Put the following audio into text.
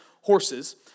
horses